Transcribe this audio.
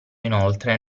inoltre